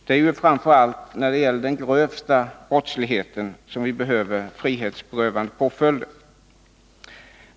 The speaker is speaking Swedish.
Det är ju framför allt när det gäller den grövsta brottsligheten som vi behöver frihetsberövande påföljder.